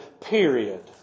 Period